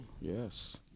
yes